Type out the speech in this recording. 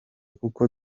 kuko